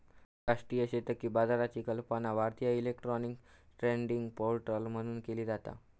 राष्ट्रीय शेतकी बाजाराची कल्पना भारतीय इलेक्ट्रॉनिक ट्रेडिंग पोर्टल म्हणून केली जाता